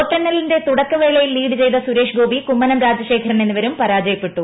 വോട്ടെണ്ണലിന്റെ തുടക്കവേളയിൽ ലീഡ് ചെയ്ത സുരേഷ് ഗോപി കുമ്മനം രാജശേഖരൻ എന്നിവരും പരാജയപ്പെട്ടു